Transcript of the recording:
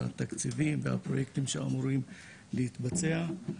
התקציבים והפרויקטים שאמורים להתבצע.